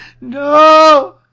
no